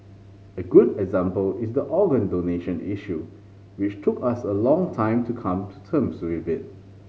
a good example is the organ donation issue which took us a long time to come to terms with